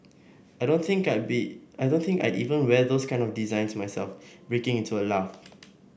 I don't think I be I don't think I'd even wear those kinds of designs myself breaking into a laugh